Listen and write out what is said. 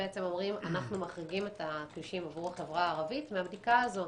אומרים אנחנו מחריגים את הכבישים עבור החברה הערבית מהבדיקה הזאת.